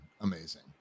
amazing